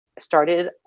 started